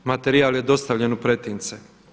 Materijal je dostavljen u pretince.